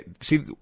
see